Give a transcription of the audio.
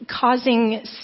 causing